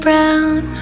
Brown